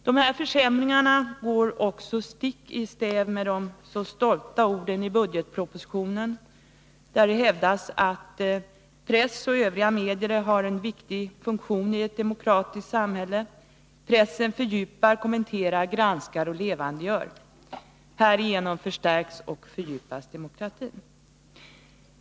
Dessa försämringar går också stick i stäv med de så stolta orden i budgetpropositionen, där det hävdas att press och övriga medier har en viktig funktion i ett demokratiskt samhälle. Pressen fördjupar, kommenterar, granskar och levandegör. Härigenom förstärks och fördjupas demokratin.